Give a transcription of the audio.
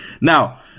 Now